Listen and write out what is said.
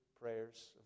prayers